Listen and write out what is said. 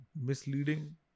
misleading